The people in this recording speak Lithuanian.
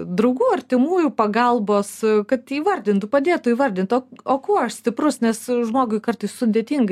draugų artimųjų pagalbos kad įvardintų padėtų įvardint o o kuo aš stiprus nes žmogui kartais sudėtinga